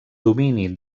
domini